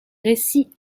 récit